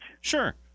Sure